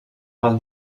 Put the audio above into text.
pel